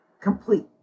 complete